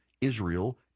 Israel